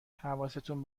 حواستون